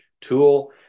tool